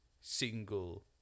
single